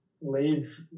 leave